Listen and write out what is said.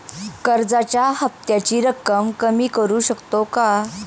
कर्जाच्या हफ्त्याची रक्कम कमी करू शकतो का?